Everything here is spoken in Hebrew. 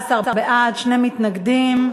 14 בעד, שני מתנגדים.